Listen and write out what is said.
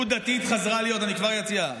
איך אתה מציע, אני כבר אציע.